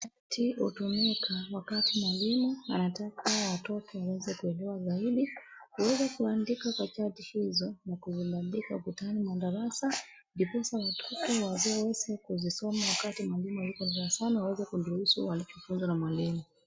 Hutumika wakati mwalimu anatakaa watoto waweze kujua zaidi. Huweza kuandika kwa chati hizo na kubandika ukutani wa darasa ndiposa watoto waweze kuzisoma wakati mwalimu hayuko darasani waweze kudurusu wanapofunzwa na mwalimu